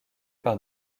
par